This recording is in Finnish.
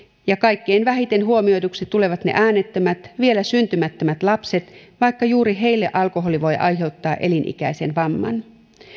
ja kaikkein vähiten huomioiduiksi tulevat ne äänettömät vielä syntymättömät lapset vaikka juuri heille alkoholi voi aiheuttaa elinikäisen vamman